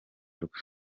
rwe